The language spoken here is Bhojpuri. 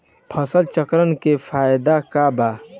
फसल चक्रण के फायदा का बा?